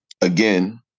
Again